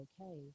okay